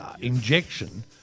injection